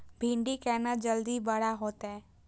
भिंडी केना जल्दी बड़ा होते?